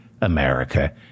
America